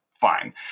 fine